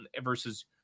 versus